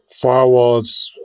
firewalls